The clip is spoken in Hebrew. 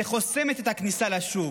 שחוסמת את הכניסה לשוק.